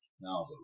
No